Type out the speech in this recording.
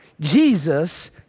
Jesus